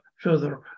further